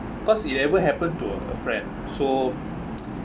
cause it ever happen to a friend so